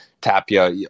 Tapia